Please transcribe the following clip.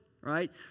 right